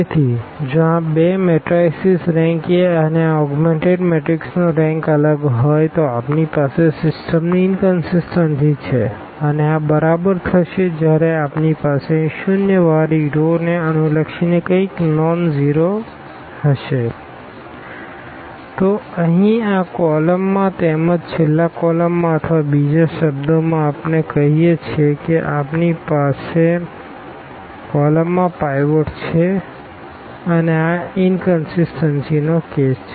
તેથી જો આ બે મેટરાઈસીસ RankA અને આ ઓગ્મેનટેડ મેટ્રિક્સ નો રેંક અલગ હોય તો આપણી પાસે સિસ્ટમની ઇનકનસીસટન્સી છે અને આ બરાબર થશે જ્યારે આપણી પાસે અહીં ઝીરો વાળી રોને અનુલક્ષીને કંઈક ન નોનઝીરો હશે તો અહીં આ કોલમમાં તેમજ છેલ્લા કોલમમાં અથવા બીજા શબ્દોમાં આપણે કહીએ છીએ કે આપણી પાસે છેલ્લા કોલમમાં પાઈવોટ છે અને આ ઇનકનસીસટન્સીનો કેસ છે